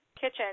kitchen